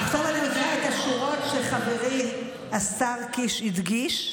עכשיו אני מקריאה את השורות שחברי השר קיש הדגיש.